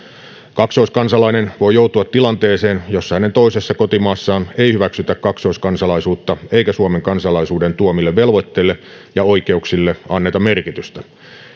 kaksoiskansalainen voi joutua tilanteeseen jossa hänen toisessa kotimaassaan ei hyväksytä kaksoiskansalaisuutta eikä suomen kansalaisuuden tuomille velvoitteille ja oikeuksille anneta merkitystä